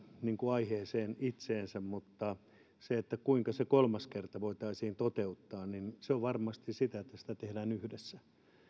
aiheeseen itseensä mutta siihen kuinka se kolmas kerta voitaisiin toteuttaa se on varmasti sitä että sitä tehdään yhdessä